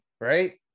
right